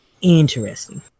Interesting